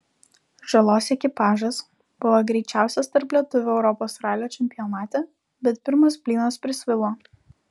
žalos ekipažas buvo greičiausias tarp lietuvių europos ralio čempionate bet pirmas blynas prisvilo